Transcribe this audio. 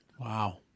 Wow